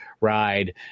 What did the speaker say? ride